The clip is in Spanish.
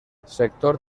sector